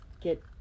get